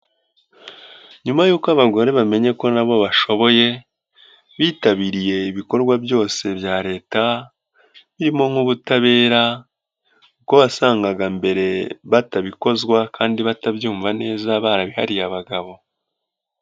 Nyuma yuko abagore bamenya ko na bo bashoboye, bitabiriye ibikorwa byose bya Leta, birimo nk'ubutabera kuko wasangaga mbere batabikozwa kandi batabyumva neza barabihariye abagabo.